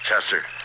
Chester